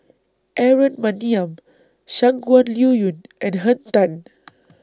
Aaron Maniam Shangguan Liuyun and Henn Tan